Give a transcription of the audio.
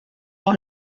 will